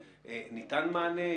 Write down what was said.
מענה?